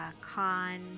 con